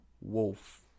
Wolf